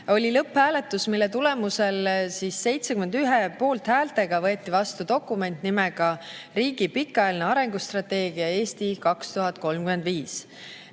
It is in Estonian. oli lõpphääletus, mille tulemusel 71 poolthäälega võeti vastu dokument nimega riigi pikaajaline arengustrateegia "Eesti 2035".